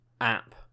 app